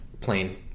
plain